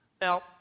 Now